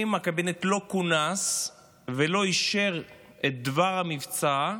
אם הקבינט לא כונס ולא אישר את דבר המבצע,